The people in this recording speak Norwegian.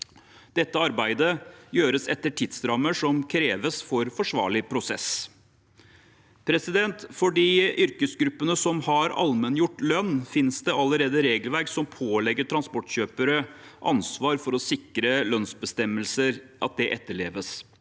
Dette arbeidet gjøres etter tidsrammer som kreves for forsvarlig prosess. For de yrkesgruppene som har allmenngjort lønn, finnes det allerede regelverk som pålegger transportkjøpere ansvar for å sikre at lønnsbestemmelser etterleves.